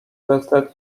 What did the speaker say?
vested